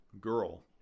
girl